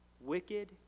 wicked